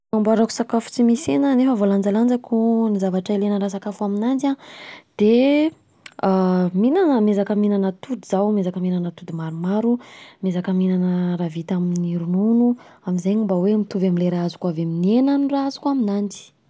Ny fomba fanamboarako sakafo tsy misy hena nefa voalanjalanjako ny zavatra ilaina ara-sakafo aminanjy an, de mihinana, miezaka mihinana atody zaho, miezaka mihinana atody maromaro, miezaka mihinana raha vita amin'ny ronono am'zegny mba hoe mitovy amle raha azoko avy amin'ny hena ny raha azoko aminanjy.